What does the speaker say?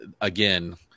again